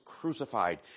crucified